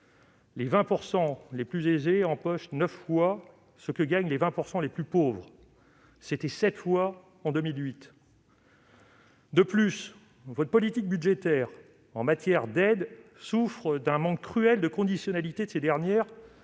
les 20 % les plus aisés empochent neuf fois ce que gagnent les 20 % les plus pauvres. C'était sept fois en 2008 ... De plus, votre politique budgétaire en matière d'aides souffre d'un manque cruel de conditionnalité de ces dernières,